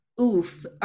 Oof